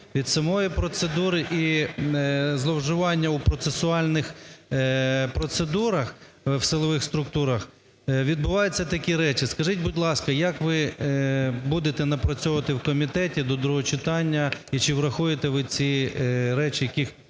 Від самої процедури і зловживання у процесуальних процедурах в силових структурах відбуваються такі речі. Скажіть, будь ласка, як ви будете напрацьовувати в комітеті до другого читання, і чи врахуєте ви ці речі, яких